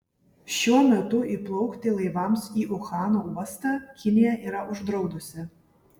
šiuo metu įplaukti laivams į uhano uostą kinija yra uždraudusi